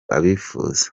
abifuza